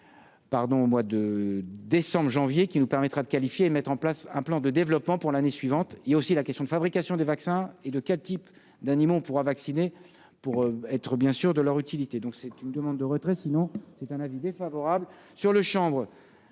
au mois de décembre, janvier qui nous permettra de qualifier et mettre en place un plan de développement pour l'année suivante, il y a aussi la question de fabrication des vaccins et de quel type d'animaux, on pourra vacciner pour être bien sûrs de leur utilité, donc c'est une demande de retrait, sinon c'est un avis défavorable sur le chambre